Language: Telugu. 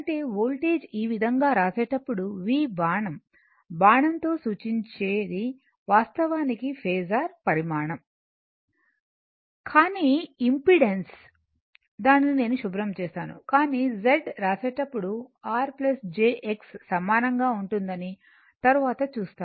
అంటే వోల్టేజ్ ఈ విధంగా వ్రాసేటప్పుడు V బాణం బాణం తో సూచించేది వాస్తవానికి ఫేసర్ పరిమాణం కానీ ఇంపెడెన్స్ దానిని నేను శుభ్రం చేస్తాను కానీ z వ్రాసేటప్పుడు r jx సమానంగా వుంటుందని తరువాత చూస్తాము